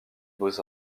beaux